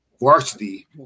Varsity